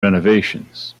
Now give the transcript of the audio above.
renovations